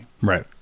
right